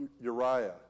Uriah